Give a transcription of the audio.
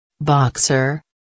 Boxer